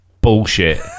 Bullshit